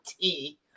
tea